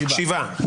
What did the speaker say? שבעה.